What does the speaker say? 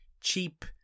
cheap